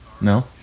No